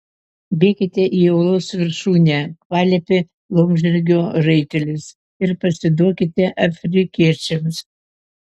bėkite į uolos viršūnę paliepė laumžirgio raitelis ir pasiduokite afrikiečiams